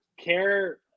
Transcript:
care